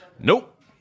Nope